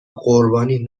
قربانی